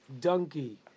donkey